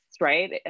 right